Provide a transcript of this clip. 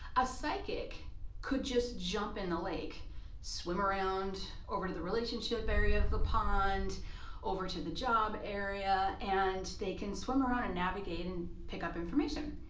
a psychic could just jump in the lake swim around over to the relationship area of the pond over to the job area, and they can swim around and navigate and pick up information.